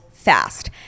fast